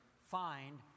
find